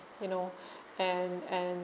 you know and and